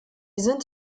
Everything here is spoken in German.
sind